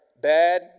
Bad